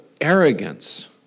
arrogance